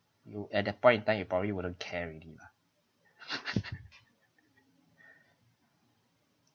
look at that point in time you probably wouldn't care already lah